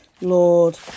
Lord